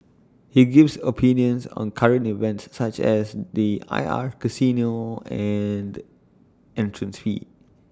he gives opinions on current events such as the I R casino and entrance fee